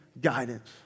guidance